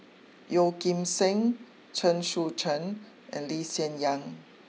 Yeo Kim Seng Chen Sucheng and Lee Hsien Yang